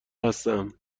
هستم